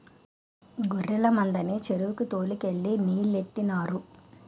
గొర్రె మందని చెరువుకి తోలు కెళ్ళి నీలెట్టినారు